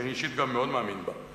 שאני אישית גם מאוד מאמין בה,